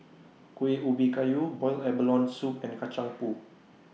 Kuih Ubi Kayu boiled abalone Soup and Kacang Pool